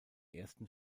ersten